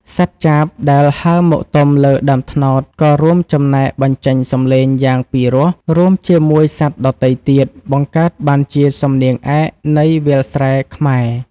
សត្វចាបដែលហើរមកទំលើដើមត្នោត ក៏រួមចំណែកបញ្ចេញសំឡេងយ៉ាងពីរោះ រួមជាមួយសត្វដទៃទៀត បង្កើតបានជាសំនៀងឯកនៃវាលស្រែខ្មែរ។